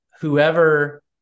whoever